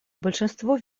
большинство